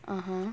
(uh huh)